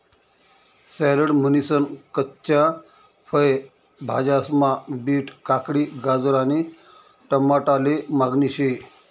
salad म्हनीसन कच्च्या फय भाज्यास्मा बीट, काकडी, गाजर आणि टमाटाले मागणी शे